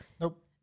Nope